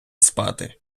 спати